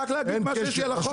אין קשר,